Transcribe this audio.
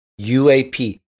UAP